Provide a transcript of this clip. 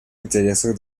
интересах